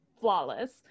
flawless